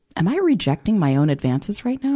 am i rejecting my own advances right now?